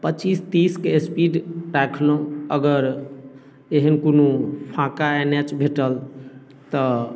पचीस तीसके स्पीड राखलहुँ अगर एहन कोनो फाँका एन एच भेटल तऽ